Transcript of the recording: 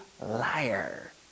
liar